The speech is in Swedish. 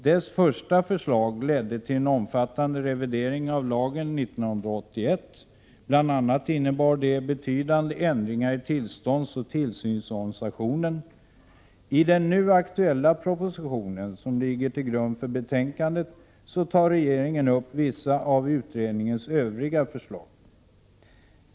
Dess första förslag ledde till en omfattande revidering av lagen 1981. Bl.a. innebar detta betydande ändringar i tillståndsoch tillsynsorganisationen. I den nu aktuella propositionen, som ligger till grund för betänkandet, tar regeringen upp vissa av utredningens övriga förslag.